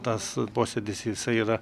tas posėdis jisai yra